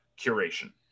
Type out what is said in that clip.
curation